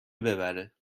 ببره